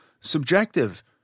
subjective